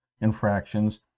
infractions